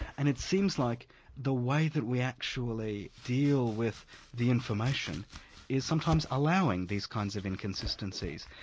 and it seems like the way that we actually deal with the information is sometimes allowing these kinds of inconsistencies,